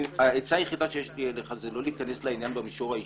העצה היחידה שיש לי אליך הוא לא להיכנס לעניין במישור האישי.